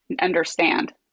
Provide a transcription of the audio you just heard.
understand